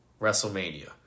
WrestleMania